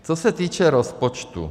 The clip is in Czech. Co se týče rozpočtu.